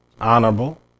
honorable